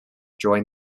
join